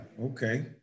Okay